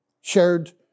shared